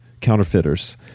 counterfeiters